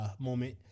moment